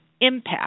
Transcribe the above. Impact